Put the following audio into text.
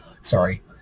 sorry